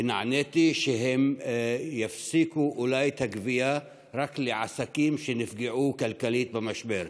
ונעניתי שהם אולי יפסיקו את הגבייה רק בעסקים שנפגעו כלכלית במשבר.